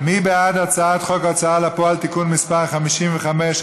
מי בעד הצעת חוק הוצאה לפועל (תיקון מס' 55),